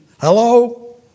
hello